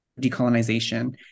decolonization